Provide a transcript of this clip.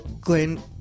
Glenn